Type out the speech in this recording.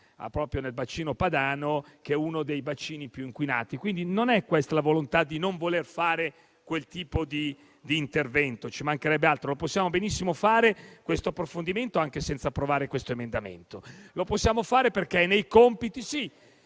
proprio nel bacino padano, che è uno dei territori più inquinati. Non c'è la volontà di non fare quel tipo di intervento, ci mancherebbe altro; possiamo benissimo fare questo approfondimento anche senza approvare questo emendamento. Lo possiamo fare perché nei compiti...